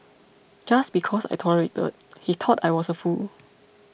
just because I tolerated he thought I was a fool